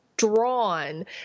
drawn